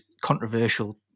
controversial